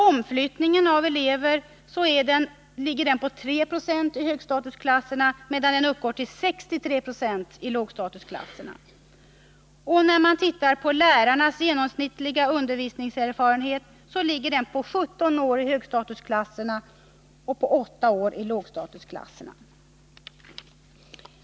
Omflyttningen av elever ligger på 3 Zo i högstatusklasserna mot 63 96 i lågstatusklasserna. Tittar man på lärarnas genomsnittliga undervisningserfarenhet finner man att den är 17 år i högstatusklasserna mot 8 år i lågstatusklasserna.